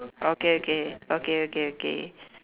okay okay okay okay okay